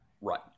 Right